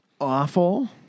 awful